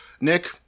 Nick